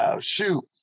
shoot